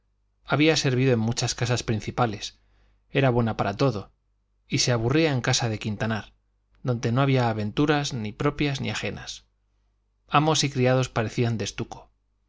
había servido en muchas casas principales era buena para todo y se aburría en casa de quintanar donde no había aventuras ni propias ni ajenas amos y criados parecían de estuco